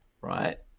Right